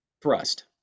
thrust